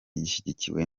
gishyigikiwe